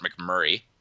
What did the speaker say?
McMurray